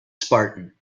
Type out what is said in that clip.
spartan